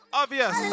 obvious